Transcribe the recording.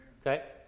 Okay